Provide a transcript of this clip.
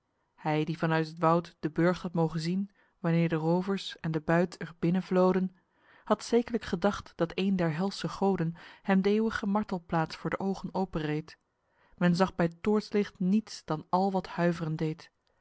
hy die van uit het woud de burcht had mogen zien wanneer de roovers en de buit er binnen vloden had zekerlyk gedacht dat een der helsche goden hem d'eeuwge martelplaets voor d'oogen openreet men zag by t toortslicht niets dan al wat huivren deed